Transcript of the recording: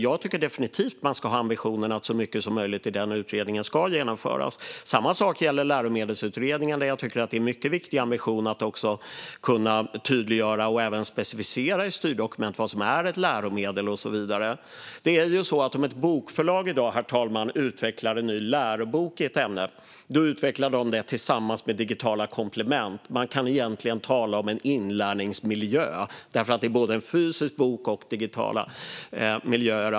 Jag tycker definitivt att man ska ha ambitionen att så mycket som möjligt i utredningen ska genomföras. Samma sak gäller Läromedelsutredningen. Det är en mycket viktig ambition att tydliggöra och specificera i styrdokument vad som är ett läromedel och så vidare. Om ett bokförlag i dag, herr talman, utvecklar en ny lärobok i ett ämne utvecklas den tillsammans med digitala komplement. Man kan egentligen tala om en inlärningsmiljö. Det är fråga om både en fysisk bok och en digital miljö.